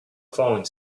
falling